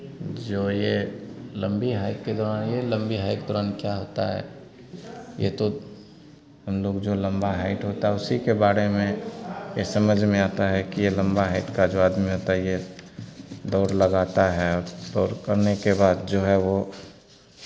जो ये लम्बी हाइट के दौरान ये लम्बी हाइट दौरान क्या होता है ये तो हम लोग जो लम्बा हाइट होता है उसी के बारे में ये समझ में आता है कि ये लम्बा हाइट का जो आदमी होता ये दौड़ लगाता है और दौड़ करने के बाद जो है वो